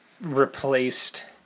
replaced